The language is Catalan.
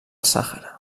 sàhara